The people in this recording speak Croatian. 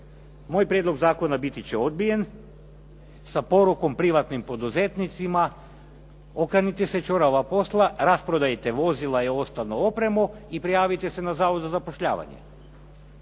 Moj prijedlog zakona biti će odbijen sa porukom privatnim poduzetnicima okanite se ćorava posla, rasprodajte vozila i ostalu opremu i prijavite se na zavod za zapošljavanje.